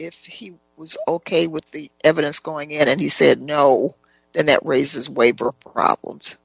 if he was ok with the evidence going in and he said no and that raises waiver problems